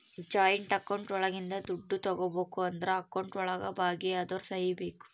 joint account ಒಳಗಿಂದ ದುಡ್ಡು ತಗೋಬೇಕು ಅಂದ್ರು ಅಕೌಂಟ್ ಒಳಗ ಭಾಗಿ ಅದೋರ್ ಸಹಿ ಬೇಕು